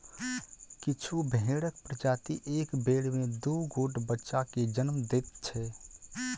किछु भेंड़क प्रजाति एक बेर मे दू गोट बच्चा के जन्म दैत छै